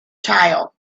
tile